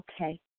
Okay